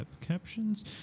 Captions